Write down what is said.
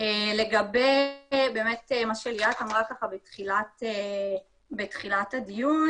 לגבי מה שאורלי אמרה בתחילת הדיון,